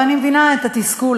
ואני מבינה את התסכול,